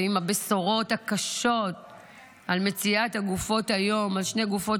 ועם הבשורות הקשות על מציאת שתי גופות